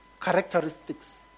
characteristics